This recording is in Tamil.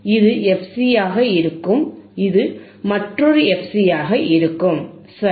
இது fc ஆக இருக்கும் இது மற்றொரு fc ஆக இருக்கும் சரி